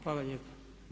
Hvala lijepa.